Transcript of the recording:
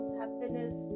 happiness